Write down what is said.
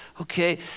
Okay